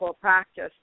practice